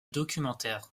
documentaires